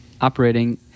operating